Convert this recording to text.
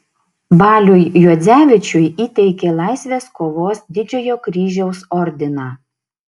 baliui juodzevičiui įteikė laisvės kovos didžiojo kryžiaus ordiną